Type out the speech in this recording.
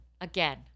Again